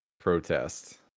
protest